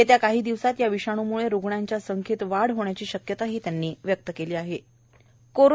येत्या काही दिवसात या विषाणूमुळे रुग्णयांच्या संख्येत वाढ होण्याची शक्यता त्यांनी बोलून दाखवली